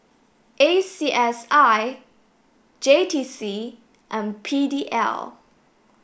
A C S I J T C and P D L